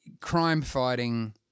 Crime-fighting